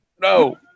No